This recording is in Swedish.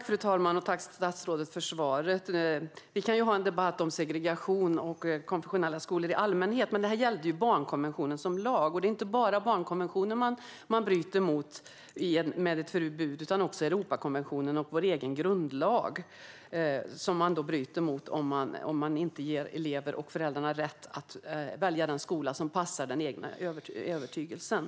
Fru talman! Tack för svaret, statsrådet! Vi kan ha en debatt om segregation och konfessionella skolor i allmänhet. Men det här gällde barnkonventionen som lag. Det är inte bara barnkonventionen man bryter mot med ett förbud, utan man bryter även mot Europakonventionen och vår egen grundlag om man inte ger elever och föräldrar rätt att välja den skola som passar den egna övertygelsen.